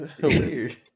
Weird